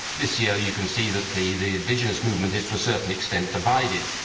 this year you can see that the the indigenous movement is to a certain extent, divided,